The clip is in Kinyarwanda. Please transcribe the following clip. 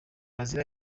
bazira